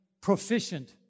proficient